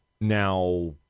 now